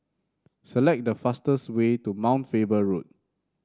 select the fastest way to Mount Faber Road